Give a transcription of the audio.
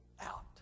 out